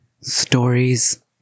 stories